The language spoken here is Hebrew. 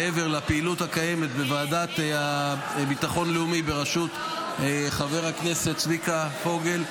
מעבר לפעילות הקיימת בוועדה לביטחון לאומי בראשות חבר צביקה פוגל,